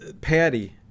Patty